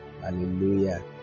hallelujah